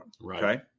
Right